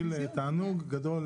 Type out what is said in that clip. אדוני היושב ראש.